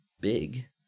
big